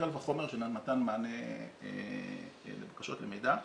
קל וחומר של מתן מענה לבקשות למידע.